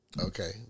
Okay